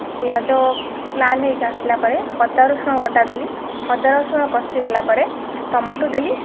ପିଆଜ ଲାଲ୍ ହେଇକି ଆସିଲା ପରେ ଅଦା ରସୁଣ ବଟା ଦେଲି ଅଦା ରସୁଣ କସିଗଲା ପରେ ଟମାଟୋ ଦେଲି